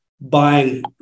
buying